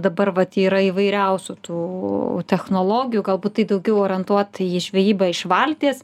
dabar vat yra įvairiausių tų technologijų galbūt tai daugiau orientuota į žvejybą iš valties